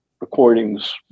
recordings